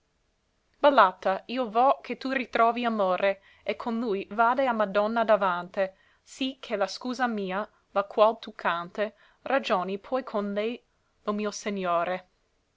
ballata i vo che tu ritrovi amore e con lui vade a madonna davante sì che la scusa mia la qual tu cante ragioni poi con lei lo mio segnore